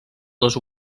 les